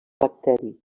bacteri